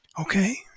Okay